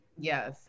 Yes